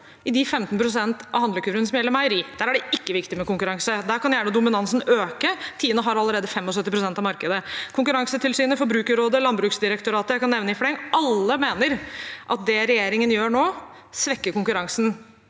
i de 15 pst. av handlekurven som gjelder meieri. Der er det ikke viktig med konkurranse. Der kan gjerne dominansen øke. Tine har allerede 75 pst. av markedet. Konkurransetilsynet, Forbrukerrådet, Landbruksdirektoratet, jeg kan nevne i fleng – alle mener at det regjeringen gjør nå, svekker konkurransen